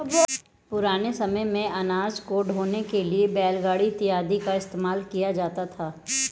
पुराने समय मेंअनाज को ढोने के लिए बैलगाड़ी इत्यादि का इस्तेमाल किया जाता था